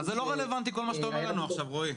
--- אז זה לא רלבנטי כל מה שאתה אומר לנו עכשיו רועי.